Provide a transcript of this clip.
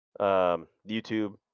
YouTube